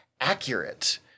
accurate